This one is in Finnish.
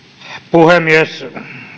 puhemies